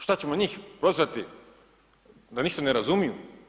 Šta ćemo njih prozvati da ništa ne razumiju?